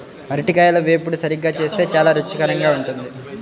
అరటికాయల వేపుడు సరిగ్గా చేస్తే చాలా రుచికరంగా ఉంటుంది